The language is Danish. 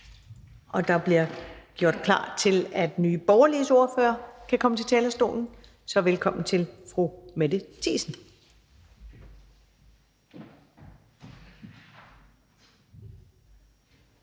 Der bliver gjort klar til, at Nye Borgerliges ordfører kan komme til talerstolen. Velkommen til fru Mette Thiesen.